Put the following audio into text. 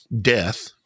death